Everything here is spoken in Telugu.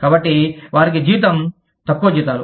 కాబట్టి వారికి జీతం తక్కువ జీతాలు